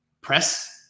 press